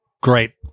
great